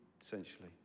Essentially